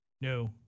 No